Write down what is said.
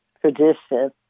tradition